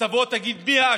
תבוא ותגיד מי האשם: